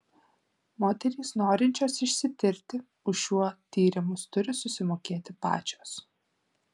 moterys norinčios išsitirti už šiuo tyrimus turi susimokėti pačios